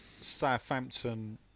Southampton